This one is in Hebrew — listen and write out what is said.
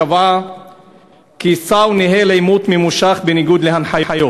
קבעה כי סאו ניהל עימות ממושך בניגוד להנחיות,